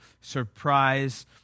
surprise